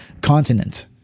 continent